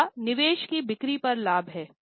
अगला निवेश की बिक्री पर लाभ है